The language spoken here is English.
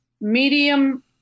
medium